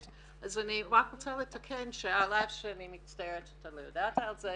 אני רק רוצה לתקן ולומר שעל אף שאני מצטערת שאתה לא ידעת על כך,